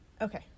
Okay